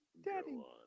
daddy